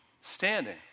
standing